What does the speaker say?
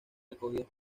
recogidas